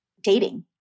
dating